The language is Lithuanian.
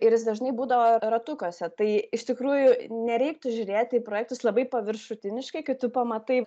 ir jis dažnai būdavo ratukuose tai iš tikrųjų nereiktų žiūrėti į projektus labai paviršutiniškai kai tu pamatai